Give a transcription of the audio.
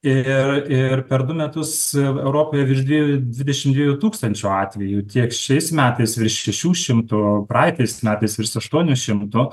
ir ir per du metus europoje virš dviejų dvidešimt dviejų tūkstančių atvejų tiek šiais metais virš šešių šimtų praeitais metais virš aštuonių šimtų